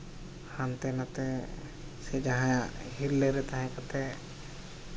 ᱦᱟᱱᱛᱮ ᱱᱟᱛᱮ ᱥᱮ ᱡᱟᱦᱟᱸᱭᱟᱜ ᱦᱤᱨᱞᱟᱹ ᱨᱮ ᱛᱟᱦᱮᱸ ᱠᱟᱛᱮᱫ